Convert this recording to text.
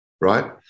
right